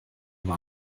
war